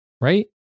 right